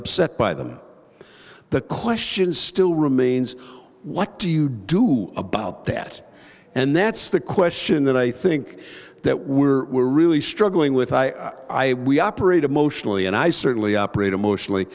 upset by them the question still remains what do you do about that and that's the question that i think that were really struggling with i i we operate emotionally and i certainly operate emotionally